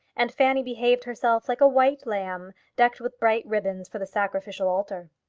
and fanny behaved herself like a white lamb decked with bright ribbons for the sacrificial altar.